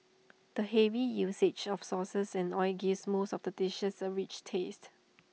the heavy usage of sauces and oil gives most of the dishes A rich taste